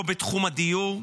לא בתחום הדיור,